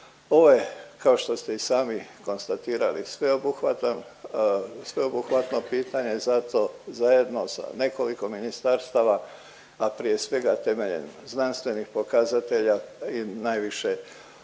Ovaj kao što ste i sami konstatirali sveobuhvatan, sveobuhvatna pitanja i zato zajedno sa nekoliko ministarstava, a prije svega temeljem znanstvenih pokazatelja i najviše sudjelovanjem